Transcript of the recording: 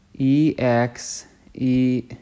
E-X-E